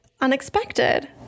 Unexpected